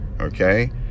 Okay